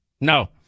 No